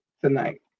tonight